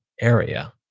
area